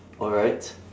alright